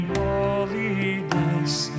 holiness